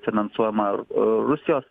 finansuojama rusijos